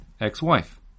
ex-wife